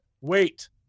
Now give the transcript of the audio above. wait